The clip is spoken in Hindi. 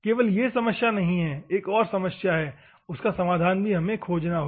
केवल यह समस्या ही नहीं एक और समस्या है उसका भी समाधान हमें खोजना होगा